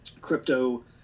crypto